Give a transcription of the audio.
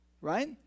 right